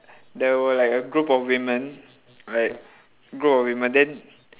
there were like a group of women like group of women then